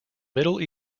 middle